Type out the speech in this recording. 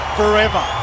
forever